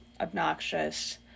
obnoxious